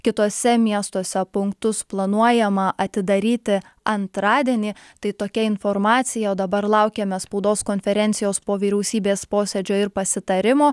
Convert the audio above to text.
kituose miestuose punktus planuojama atidaryti antradienį tai tokia informacija o dabar laukiame spaudos konferencijos po vyriausybės posėdžio ir pasitarimo